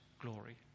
glory